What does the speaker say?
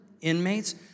inmates